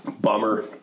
bummer